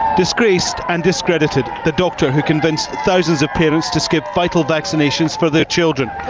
disgraced and discredited, the doctor who convinced thousands of parents to skip vital vaccinations for their children.